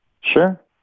Sure